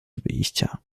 wyjścia